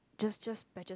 just just patches and